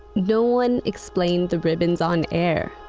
no one explained the ribbons on air.